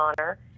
honor